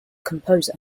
composer